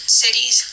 cities